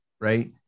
right